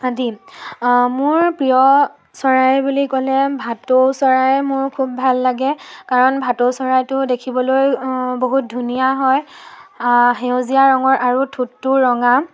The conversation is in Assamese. আদি মোৰ মোৰ প্ৰিয় চৰাই বুলি ক'লে ভাটৌ চৰায়ে মোৰ খুব ভাল লাগে কাৰণ ভাটৌ চৰাইটো দেখিবলৈ বহুত ধুনীয়া হয় সেউজীয়া ৰঙৰ আৰু ঠোঁটটোও ৰঙা